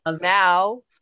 Now